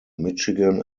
michigan